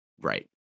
Right